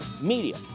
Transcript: Media